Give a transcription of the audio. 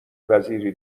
وزیری